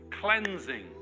cleansing